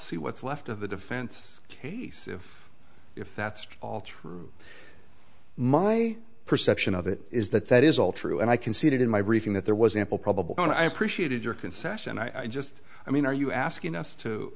see what's left of the defense case if if that's all true my perception of it is that that is all true and i conceded in my briefing that there was ample probable and i appreciated your concession i just i mean are you asking us to